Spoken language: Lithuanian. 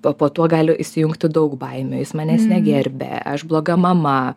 o po tuo gali įsijungti daug baimių jis manęs negerbia aš bloga mama